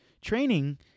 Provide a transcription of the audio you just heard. training